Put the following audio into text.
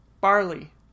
Barley